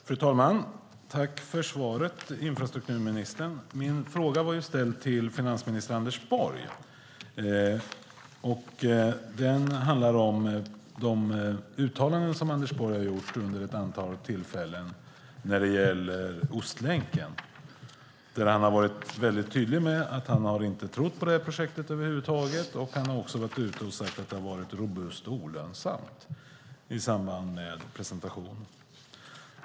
Fru talman! Jag tackar infrastrukturministern för svaret. Min fråga var ställd till finansminister Anders Borg. Den handlar om de uttalanden som Anders Borg har gjort vid ett antal tillfällen när det gäller Ostlänken. Han har varit tydlig med att han inte har trott på projektet över huvud taget. Han har också varit ute och sagt att det är robust olönsamt i samband med presentationen.